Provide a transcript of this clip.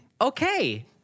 Okay